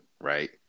right